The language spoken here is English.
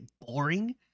boring